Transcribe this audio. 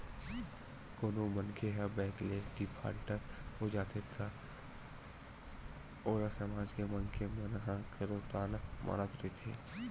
कोनो मनखे ह बेंक ले डिफाल्टर हो जाथे त ओला समाज के मनखे मन ह घलो ताना मारत रहिथे